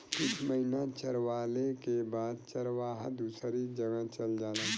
कुछ महिना चरवाले के बाद चरवाहा दूसरी जगह चल जालन